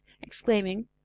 exclaiming